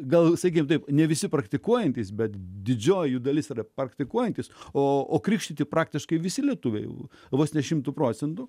gal visai girdi ne visi praktikuojantys bet didžioji dalis yra praktikuojantys o krikštyti praktiškai visi lietuviai vos ne šimtu procentų